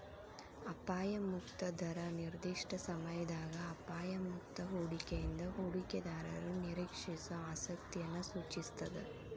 ಅಪಾಯ ಮುಕ್ತ ದರ ನಿರ್ದಿಷ್ಟ ಸಮಯದಾಗ ಅಪಾಯ ಮುಕ್ತ ಹೂಡಿಕೆಯಿಂದ ಹೂಡಿಕೆದಾರರು ನಿರೇಕ್ಷಿಸೋ ಆಸಕ್ತಿಯನ್ನ ಸೂಚಿಸ್ತಾದ